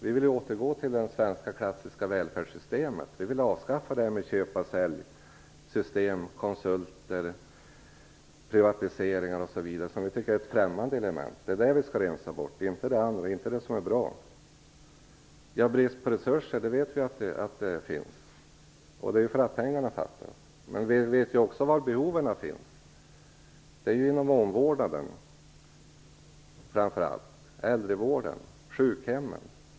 Vi vill återgå till det svenska klassiska välfärdssystemet. Vi vill avskaffa köpa-sälj-system, konsulter, privatiseringar osv. som vi tycker är främmande element. Det är där vi skall rensa bort och inte det som är bra. Vi vet att det är brist på resurser, eftersom pengarna fattas. Men vi vet också var behoven finns, framför allt inom omvårdnaden. De stora bristerna finns ju inom äldrevården och sjukhemmen.